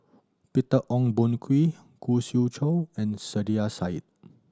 Peter Ong Boon Kwee Khoo Swee Chiow and Saiedah Said